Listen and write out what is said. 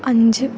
അഞ്ച്